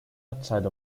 outside